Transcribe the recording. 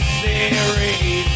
series